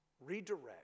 redirect